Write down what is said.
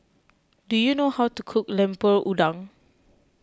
do you know how to cook Lemper Udang